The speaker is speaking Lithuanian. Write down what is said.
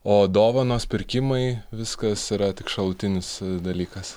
o dovanos pirkimai viskas yra tik šalutinis dalykas